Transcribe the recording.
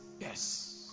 Yes